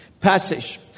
passage